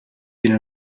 been